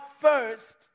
first